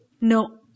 No